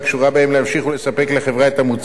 להמשיך ולספק לחברה את המוצר או השירות